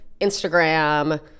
Instagram